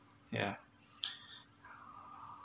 yeah